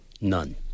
None